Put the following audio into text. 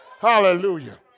hallelujah